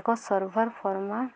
ଏକ